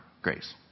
Grace